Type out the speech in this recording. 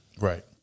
Right